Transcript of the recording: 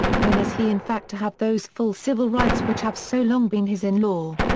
when is he in fact to have those full civil rights which have so long been his in law?